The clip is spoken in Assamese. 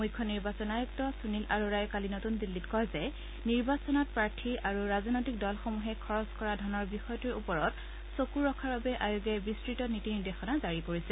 মুখ্য নিৰ্বাচন আয়ুক্ত সুনীল আৰোৰাই কালি নতুন দিল্লীত কয় যে নিৰ্বাচনত প্ৰাৰ্থী আৰু ৰাজনৈতিক দলসমূহে খৰছ কৰা ধনৰ বিষয়টোৰ ওপৰত চকু ৰখাৰ বাবে আয়োগে বিস্তৃত নীতি নিৰ্দেশনা জাৰী কৰিছে